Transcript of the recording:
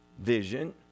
vision